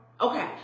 Okay